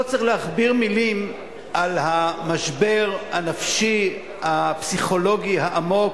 לא צריך להכביר מלים על המשבר הנפשי הפסיכולוגי העמוק,